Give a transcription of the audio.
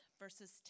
verses